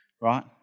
right